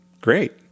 great